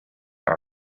our